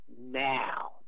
Now